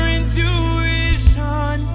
intuition